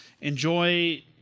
Enjoy